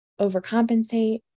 overcompensate